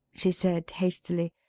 she said, hastily.